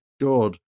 God